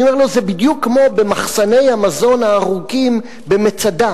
אני אומר לו: זה בדיוק כמו במחסני המזון הארוכים במצדה,